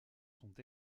sont